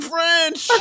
French